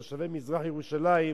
תושבי מזרח-ירושלים,